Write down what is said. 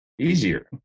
easier